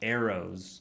Arrows